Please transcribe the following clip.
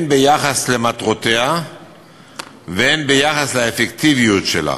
הן ביחס למטרותיה והן ביחס לאפקטיביות שלה.